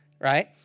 right